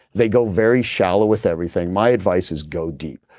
they go very shallow with everything. my advice is go deep,